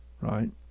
right